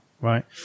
right